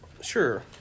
Sure